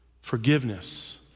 forgiveness